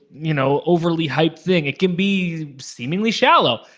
you know overly-hyped thing. it can be seemingly shallow.